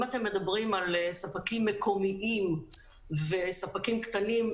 אם את מדברים על ספקים מקומיים ועל ספקים קטנים,